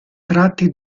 tratti